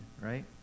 right